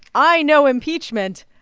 i know impeachment.